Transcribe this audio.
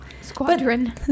Squadron